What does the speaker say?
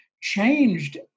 changed